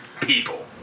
People